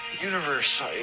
universe